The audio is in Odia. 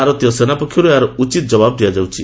ଭାରତୀୟ ସେନାପକ୍ଷରୁ ଏହାର ଉଚିତ୍ ଜବାବ ଦିଆଯାଉଛି